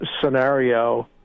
scenario